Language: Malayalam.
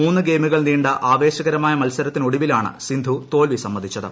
മൂന്ന് ഗെയിമുകൾ നീണ്ട ആവേശകരമായ മത്സരത്തിനൊടുവിലാണ് സിന്ധു തോൽവി സമ്മതിച്ചത്